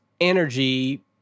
energy